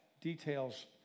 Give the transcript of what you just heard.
details